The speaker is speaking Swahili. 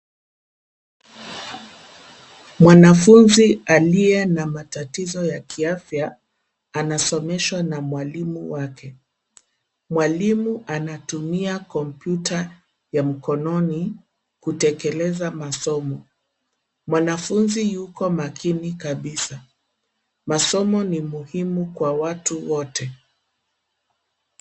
Mwanafunzi aliye na matatizo ya kiafya anasomeshwa na mwalimu wake. Mwalimu anatumia kompyuta ya mkononi kutekeleza masomo. Mwanafunzi yuko makini kabisa. Masomo ni muhimu kwa watu wote.